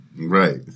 Right